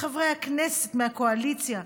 חברי הכנסת מהקואליציה,